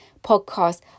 podcast